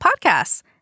podcasts